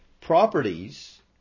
properties